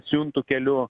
siuntų keliu